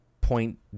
point